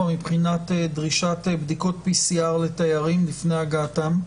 מבחינת דרישת בדיקות PCR לתיירים לפני הגעתם?